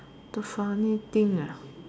the funny thing ah